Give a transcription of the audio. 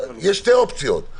יש שתי אופציות,